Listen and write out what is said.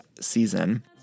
season